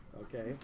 Okay